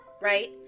right